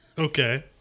Okay